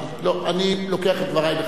אני לוקח את דברי בחזרה.